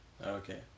Okay